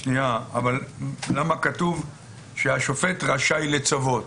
למה כתוב שהשופט רשאי לצוות.